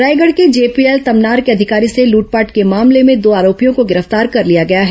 रायगढ़ के जेपीएल तमनार के अधिकारी से लूटपाट के मामले में दो आरोपियों को गिरफ्तार कर लिया गया है